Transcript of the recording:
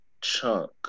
chunk